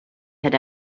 had